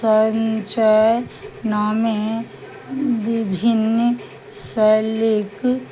सञ्चय नामी विभिन्न शैलीक